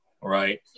right